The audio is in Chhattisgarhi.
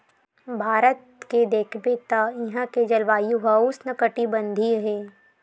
भारत के देखबे त इहां के जलवायु ह उस्नकटिबंधीय हे